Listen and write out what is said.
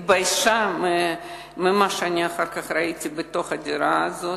היא התביישה במה שאני אחר כך ראיתי בתוך הדירה הזאת.